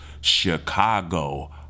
Chicago